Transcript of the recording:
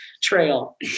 trail